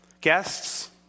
Guests